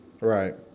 Right